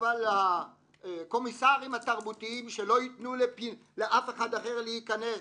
אבל הקומיסרים התרבותיים שלא ייתנו לאף אחד אחר להיכנס.